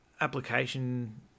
application